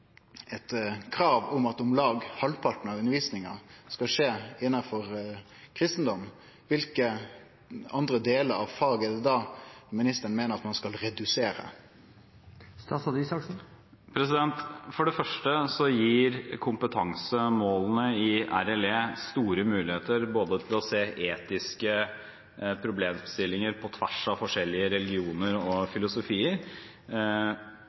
krav om at om lag halvparten av undervisinga skal skje innanfor kristendom, kva andre delar av faget er det då ministeren meiner at ein skal redusere? For det første så gir kompetansemålene i RLE store muligheter til å se etiske problemstillinger på tvers av forskjellige religioner og